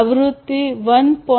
આવૃત્તિ 1